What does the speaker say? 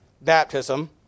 baptism